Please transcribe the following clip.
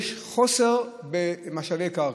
יש חוסר במשאבי קרקע.